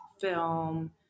film